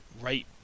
right